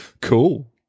Cool